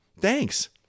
Thanks